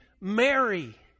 Mary